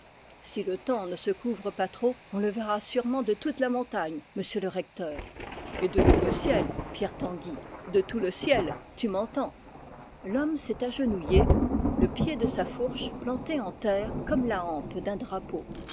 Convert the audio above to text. si le temps ne se couvre pas trop on le verra sûrement de toute la montagne monsieur le recteur et de tout le ciel pierre tanguy de tout le ciel tu m'entends l'homme s'est agenouillé le pied de sa fourche planté en terre comme la hampe d'un drapeau